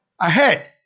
ahead